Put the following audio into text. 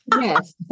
Yes